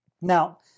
Now